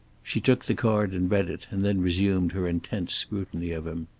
she took the card and read it, and then resumed her intent scrutiny of him.